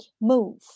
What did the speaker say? move